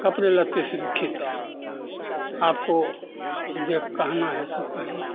कपड़े लत्तेसे खेत है आपको जे कहना है से कहे